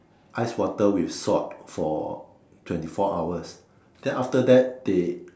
ice water with salt for twenty four hours then after that they